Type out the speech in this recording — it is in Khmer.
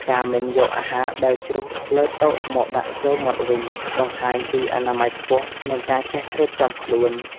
ការមិនយកអាហារដែលជ្រុះលើតុមកដាក់ចូលមាត់វិញ បង្ហាញពីអនាម័យខ្ពស់ និងការចេះរៀបចំខ្លួន។